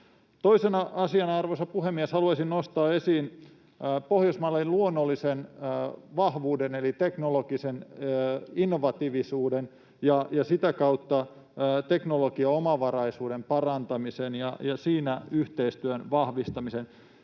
Toisena asiana, arvoisa puhemies, haluaisin nostaa esiin Pohjoismaille luonnollisen vahvuuden eli teknologisen innovatiivisuuden ja sitä kautta teknologiaomavaraisuuden parantamisen ja sitä koskevan yhteistyön vahvistamisen.